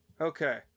Okay